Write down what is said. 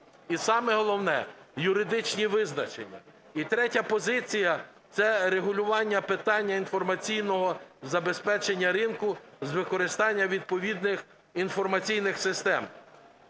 і саме головне – юридичні визначення. І третя позиція – це регулювання питання інформаційного забезпечення ринку з використання відповідних інформаційних систем.